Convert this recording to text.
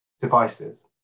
devices